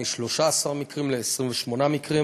מ-13 מקרים ל-28 מקרים,